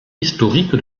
historique